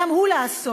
גם הוא לעשור,